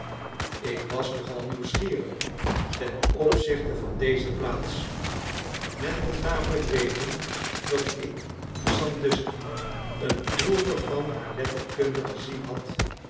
ik was nogal nieuwsgierig ten opzichte van deze plaats men moet namelijk weten dat ik te sandusky een proeve van haar letterkunde gezien had